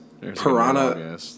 Piranha